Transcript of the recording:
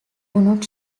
not